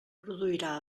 produirà